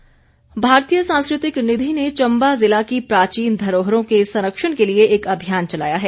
अभियान भारतीय सांस्कृतिक निधि ने चम्बा जिला की प्राचीन धरोहरों के संरक्षण के लिए एक अभियान चलाया है